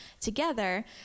together